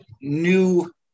new